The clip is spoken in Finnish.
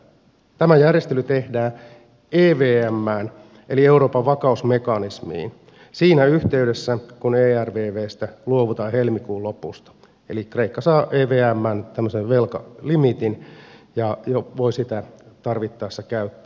tämä järjestely tehdään evmään eli euroopan vakausmekanismiin siinä yhteydessä kun ervvstä luovutaan helmikuun lopussa eli kreikka saa evmään tämmöisen velkalimiitin ja voi sitä tarvittaessa käyttää